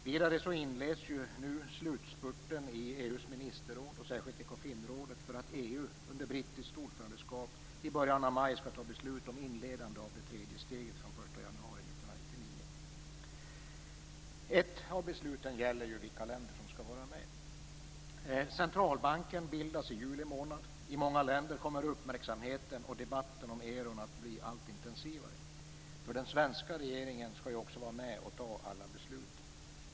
Vidare inleds nu slutspurten i EU:s ministerråd, särskilt Ekofinrådet, för att EU under brittiskt ordförandeskap i början av maj skall ta beslut om inledande av det tredje steget från den 1 januari 1999. Ett av besluten gäller vilka länder som skall vara med. Centralbanken bildas i juli månad. I många länder kommer uppmärksamheten och debatten om euron att bli allt intensivare. Den svenska regeringen skall ju också vara med och ta alla beslut.